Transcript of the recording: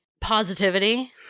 positivity